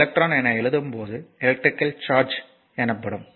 எனவே எலக்ட்ரான் என எழுதும்போது எலக்ட்ரிகல் சார்ஜ் என்னப்படும்